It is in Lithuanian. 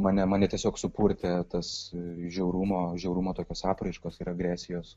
mane mane tiesiog supurtė tas žiaurumo žiaurumo tokios apraiškos ir agresijos